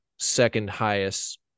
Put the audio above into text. second-highest